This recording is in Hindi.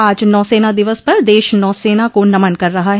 आज नौसेना दिवस पर देश नौसेना को नमन कर रहा है